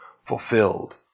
fulfilled